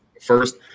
First